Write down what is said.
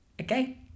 Okay